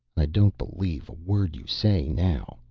i don't believe a word you say now,